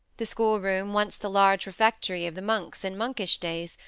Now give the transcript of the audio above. the schoolroom, once the large refectory of the monks in monkish days,